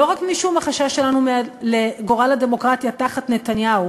לא רק משום החשש שלנו לגורל הדמוקרטיה תחת נתניהו